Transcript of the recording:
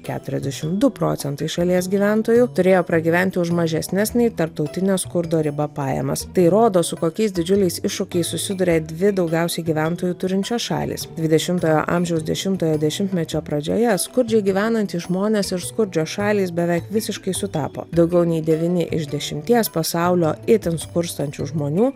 keturiasdešim du procentai šalies gyventojų turėjo pragyventi už mažesnes nei tarptautinė skurdo riba pajamas tai rodo su kokiais didžiuliais iššūkiais susiduria dvi daugiausiai gyventojų turinčios šalys dvidešimtojo amžiaus dešimtojo dešimtmečio pradžioje skurdžiai gyvenantys žmonės ir skurdžios šalys beveik visiškai sutapo daugiau nei devyni iš dešimties pasaulio itin skurstančių žmonių